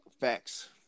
facts